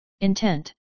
Intent